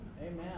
Amen